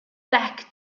back